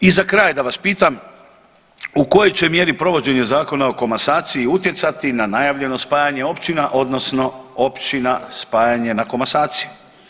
I za kraj da vas pitam, u kojoj će mjeri provođenje Zakona o komasaciji utjecati na najavljeno spajanje općina odnosno općina spajanje na komasaciju?